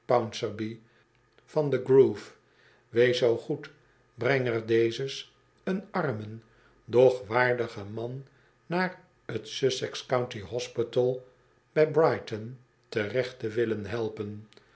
van de grove wees zoo goed brenger dezes een armen doch waardigen man naar t sussex county hospitaal nabij brighton terecht te willen helpen